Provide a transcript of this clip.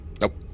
Nope